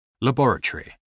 laboratory